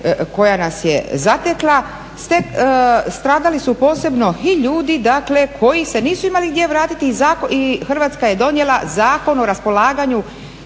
koja nas je zatekla stradali su posebno i ljudi koji se nisu imali gdje vratiti i Hrvatska je donijela Zakon o raspolaganju